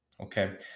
okay